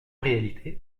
réalité